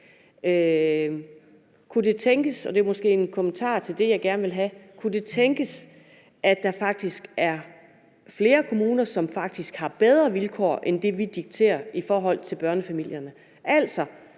gerne vil have, at der faktisk er flere kommuner, som faktisk har bedre vilkår end det, vi dikterer i forhold til børnefamilierne?